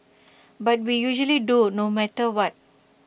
but we usually do no matter what